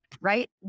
right